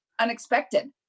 unexpected